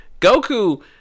Goku